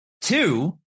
Two